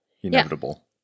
inevitable